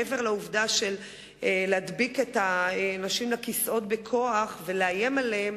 מעבר להדבקת האנשים לכיסאות בכוח ואיום עליהם,